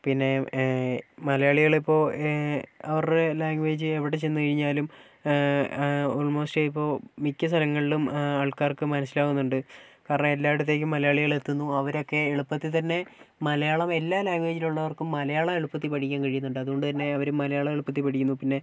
പിന്നെ മലയാളികൾ ഇപ്പോൾ അവരുടെ ലാംഗ്വേജ് എവിടെ ചെന്നു കഴിഞ്ഞാലും ഓൾമോസ്റ്റ് ഇപ്പോൾ മിക്ക സ്ഥലങ്ങളിലും ആൾക്കാർക്ക് മനസ്സിലാവുന്നുണ്ട് കാരണം എല്ലായിടത്തേയ്ക്കും മലയാളികൾ എത്തുന്നു അവരൊക്കെ എളുപ്പത്തിൽതന്നെ മലയാളം എല്ലാ ലാംഗ്വേജിലുള്ളവർക്കും മലയാളം എളുപ്പത്തിൽ പഠിക്കാൻ കഴിയുന്നുണ്ട് അതുകൊണ്ടുതന്നെ അവർ മലയാളം എളുപ്പത്തിൽ പഠിക്കുന്നു പിന്നെ